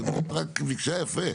רק ביקשה יפה.